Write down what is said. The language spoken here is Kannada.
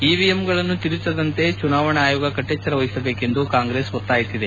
ಇವಿಎಂಗಳನ್ನು ತಿರುಚದಂತೆ ಚುನಾವಣಾ ಆಯೋಗ ಕಟ್ಟೆಚ್ಚರ ವಹಿಸಬೇಕೆಂದು ಕಾಂಗ್ರೆಸ್ ಒತ್ತಾಯಿಸಿದೆ